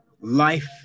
Life